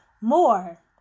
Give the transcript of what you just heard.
more